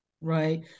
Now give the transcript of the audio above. right